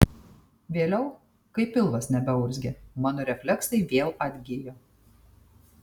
vėliau kai pilvas nebeurzgė mano refleksai vėl atgijo